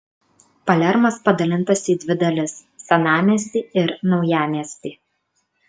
palermas padalintas į dvi dalis senamiestį ir naujamiestį